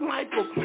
Michael